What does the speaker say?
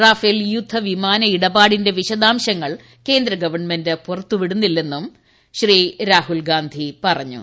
Rafale യുദ്ധവിമാന ഇടപാടിന്റെ വിശദാംശങ്ങൾ കേന്ദ്ര ഗവൺമെന്റ് പു്റത്ത് വിടുന്നില്ലെന്നും രാഹുൽ ഗാന്ധി പറഞ്ഞു